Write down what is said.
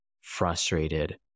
frustrated